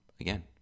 again